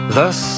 Thus